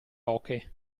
oche